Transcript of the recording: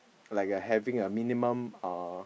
like a having a minimum uh